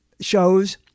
shows